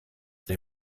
they